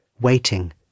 Waiting